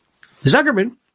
Zuckerberg